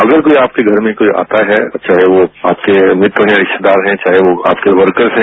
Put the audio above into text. अगर कोई आपके घर में कोई आता है तो चाहे वह आपके मित्र हैं रिश्तेदार हैं चाहे वह आपके वर्कर्स हैं